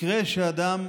מקרה של אדם,